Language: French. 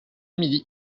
midi